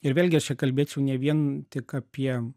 ir vėlgi aš čia kalbėčiau ne vien tik apie